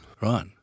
Right